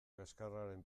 kaxkarraren